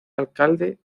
alcalde